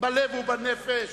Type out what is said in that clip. בלב ובנפש,